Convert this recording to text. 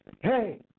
Hey